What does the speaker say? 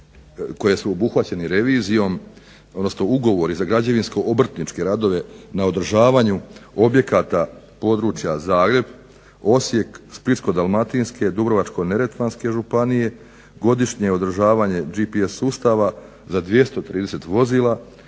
koje su obuhvaćene revizijom, odnosno ugovori za građevinsko-obrtničke radove na održavanju objekata područja Zagreb, Osijek, Splitsko-dalmatinske, Dubrovačko-neretvanske županije, godišnje održavanje GPS sustava za 230 vozila,